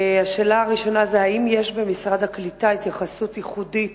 השאלה הראשונה היא: 1. האם יש במשרד הקליטה התייחסות ייחודית